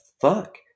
fuck